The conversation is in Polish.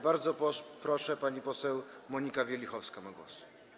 Bardzo proszę, pani poseł Monika Wielichowska ma głos.